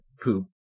poop